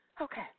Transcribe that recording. Okay